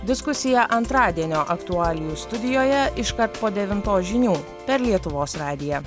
diskusija antradienio aktualijų studijoje iškart po devintos žinių per lietuvos radiją